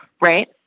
Right